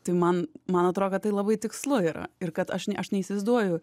tai man man atro kad tai labai tikslu yra ir kad aš ne aš neįsivaizduoju